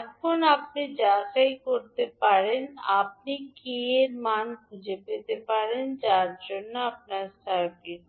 এটি আপনি যাচাই করতে পারেন আপনি কে এর মান খুঁজে পেতে পারেন যার জন্য আপনার সার্কিট